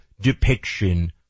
depiction